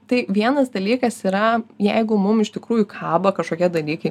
tai vienas dalykas yra jeigu mum iš tikrųjų kaba kažkokie dalykai